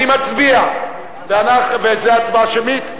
אני מצביע וזו הצבעה שמית.